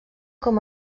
com